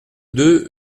deux